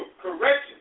correction